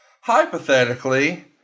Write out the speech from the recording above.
hypothetically